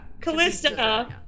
Callista